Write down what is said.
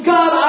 God